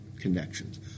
connections